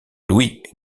louis